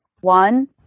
One